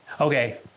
Okay